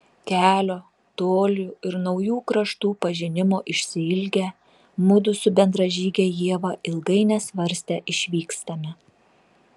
kelio tolių ir naujų kraštų pažinimo išsiilgę mudu su bendražyge ieva ilgai nesvarstę išvykstame